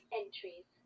entries